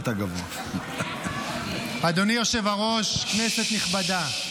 אדוני היושב-ראש, כנסת נכבדה,